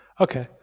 okay